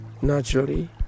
naturally